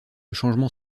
changement